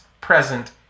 present